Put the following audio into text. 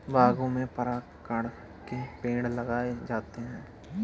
बागों में परागकण के पेड़ लगाए जाते हैं